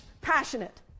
passionate